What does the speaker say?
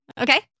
Okay